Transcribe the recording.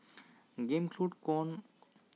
ᱜᱮᱢ ᱠᱷᱮᱞᱳᱰ ᱠᱷᱚᱱ